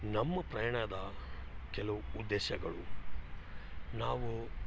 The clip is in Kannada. ನಮ್ಮ ಪ್ರಯಾಣದ ಕೆಲವು ಉದ್ದೇಶಗಳು ನಾವು